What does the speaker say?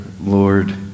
Lord